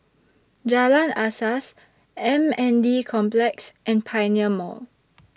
Jalan Asas M N D Complex and Pioneer Mall